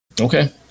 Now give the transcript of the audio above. okay